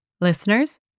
Listeners